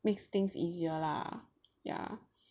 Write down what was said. makes things easier lah ya